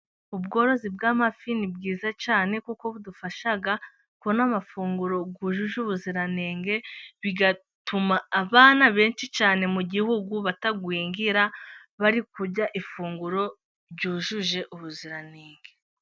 Ubworozi bw'amafi ni bwiza cyane, kuko budufasha kubona amafunguro yujuje ubuziranenge, bigatuma abana benshi cyane mu gihugu batagwingira bari kurya ifunguro ryujuje ubuziranenge.